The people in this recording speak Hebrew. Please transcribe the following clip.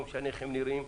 לא משנה איך הם נראים,